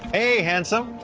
hey, handsome!